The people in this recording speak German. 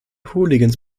hooligans